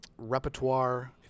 repertoire